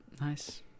Nice